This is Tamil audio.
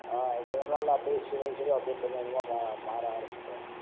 ஆ கொஞ்சம் நாளில் அப்படியே சிறுக சிறுக அப்படியே கொஞ்ச கொஞ்சமா மா மாற ஆரம்பிக்கும்